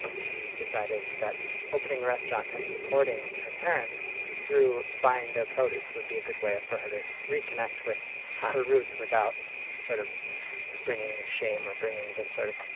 she decided that opening a restaurant and supporting her parents through buying their produce would be a good way for her to reconnect with her roots without sort of bringing shame or bringing this sort of